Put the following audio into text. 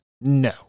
No